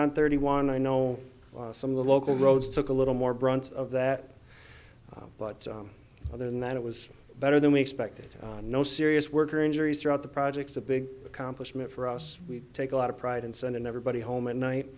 on thirty one i know some of the local roads took a little more brunt of that but other than that it was better than we expected no serious work or injuries throughout the project is a big accomplishment for us we take a lot of pride and send in everybody home at night